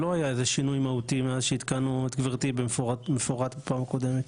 לא היה איזה שינוי מהותי מאז שעדכנו את גברתי במפורט בפעם הקודמת.